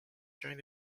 during